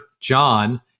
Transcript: John